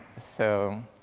so.